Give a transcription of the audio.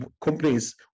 companies